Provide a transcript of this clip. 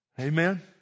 Amen